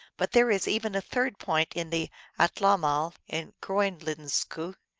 but there is even a third point in the atlamal in groenlenzku,